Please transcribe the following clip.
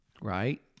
right